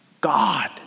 God